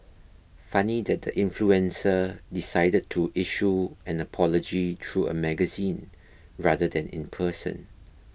funny that the influencer decided to issue an apology through a magazine rather than in person